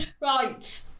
Right